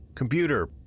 Computer